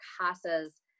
CASAs